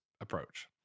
approach